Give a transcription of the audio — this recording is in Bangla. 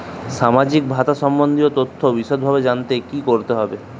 সামাজিক ভাতা সম্বন্ধীয় তথ্য বিষদভাবে জানতে কী করতে হবে?